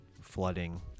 flooding